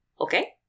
Okay